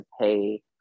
pay